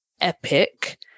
epic